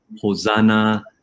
Hosanna